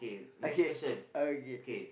okay okay